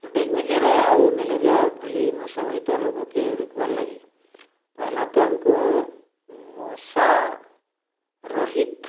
dengue ଜ୍ୱର ଆଉ malaria ଭଲି ମଶାବାହିତ ରୋଗକେ ରୋକ୍ବାର୍ ଲାଗି ପହେଲା ତ ଆମ୍କୁ ମଶା ରହିତ୍